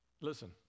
listen